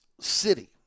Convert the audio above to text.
city